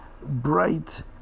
bright